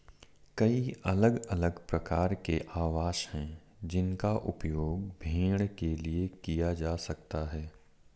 कई अलग अलग प्रकार के आवास हैं जिनका उपयोग भेड़ के लिए किया जा सकता है